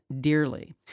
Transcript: dearly